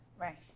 Right